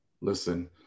listen